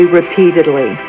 repeatedly